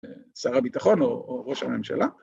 שר הביטחון או ראש הממשלה.